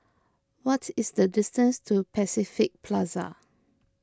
what is the distance to Pacific Plaza